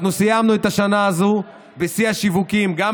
אנחנו סיימנו את השנה הזו בשיא השיווקים, גם